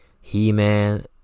He-Man